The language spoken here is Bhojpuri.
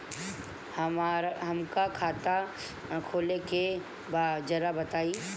हमका खाता खोले के बा जरा बताई?